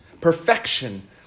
perfection